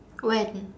when